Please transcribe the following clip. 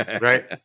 Right